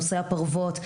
נושא הפרוות,